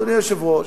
אדוני היושב-ראש,